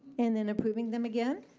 and then approving them again.